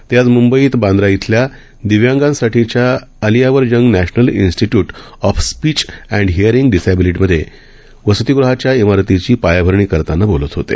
ते आज मुंबईत बांद्रा इथं दिव्यांगांसाठीच्या Ali Yavar Jung National Institute of Speech and Hearing डिएसबिलिटीमध्ये वसतीगृहाच्या इमारतीची पायाभरणी करताना बोलत होते